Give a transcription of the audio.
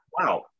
Wow